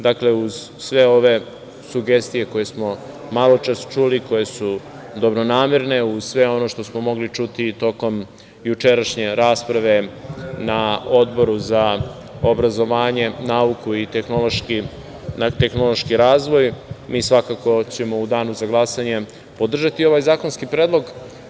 Dakle, uz sve ove sugestije koje smo maločas čuli, koje su dobronamerne, uz sve ono što smo mogli čuti tokom jučerašnje rasprave na Odboru za obrazovanje, nauku i tehnološki razvoj, mi svakako ćemo u danu za glasanje podržati ovaj zakonski predlog.